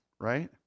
right